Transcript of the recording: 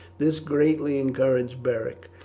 this greatly encouraged beric,